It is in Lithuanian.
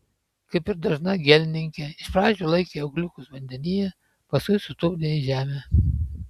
kaip ir dažna gėlininkė iš pradžių laikė ūgliukus vandenyje paskui sutupdė į žemę